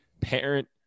parent